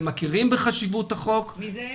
הם מכירים בחשיבות החוק -- מי זה "הם"?